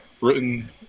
written